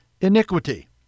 iniquity